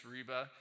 Reba